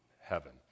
heaven